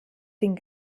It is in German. den